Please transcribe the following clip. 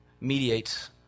mediates